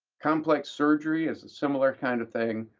complex surgery is a similar kind of thing.